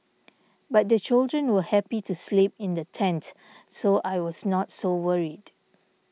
but the children were happy to sleep in the tent so I was not so worried